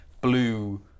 blue